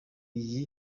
iyi